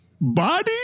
Body